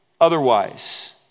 otherwise